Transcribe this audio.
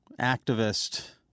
activist